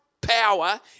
power